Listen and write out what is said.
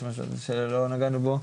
משהו שלא נגענו בו.